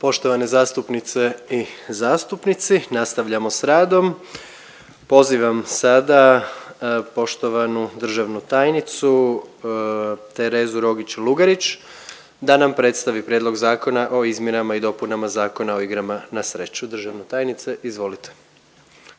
Poštovane zastupnice i zastupnici. Pozivam sada poštovanu državnu tajnicu Terezu Rogić Lugarić da nam predstavi Prijedlog zakona o izmjenama i dopunama Zakona o igrama na sreću. Državna tajnice, izvolite.